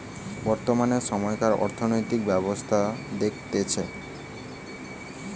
বর্তমান সময়কার অর্থনৈতিক ব্যবস্থা দেখতেছে